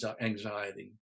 anxiety